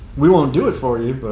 we won't do it for you, but.